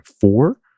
Four